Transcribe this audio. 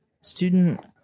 student